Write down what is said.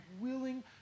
willing